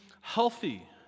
healthy